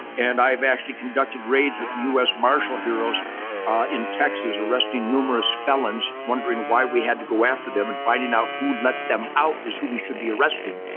and i've actually conducted raids with the u s. marshall heroes in texas arresting numerous felons, wondering why we had to go after them and finding out who let them out is who we should be arresting.